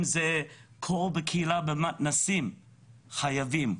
אם זה הקהילה במתנ"סים חייבים.